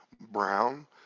Brown